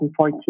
2014